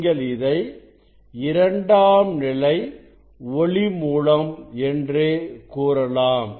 நீங்கள் இதை இரண்டாம் நிலை ஒளி மூலம் என்று கூறலாம்